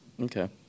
Okay